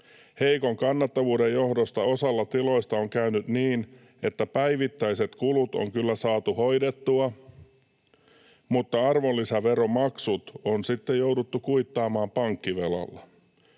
Heikon kannattavuuden johdosta osalla tiloista on käynyt niin, että päivittäiset kulut on kyllä saatu hoidettua mutta arvonlisäveromaksut on sitten jouduttu kuittaamaan pankkivelalla.